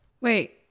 Wait